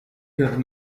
got